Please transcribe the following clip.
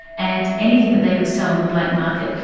and anything that they could sell on the black market.